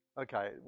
Okay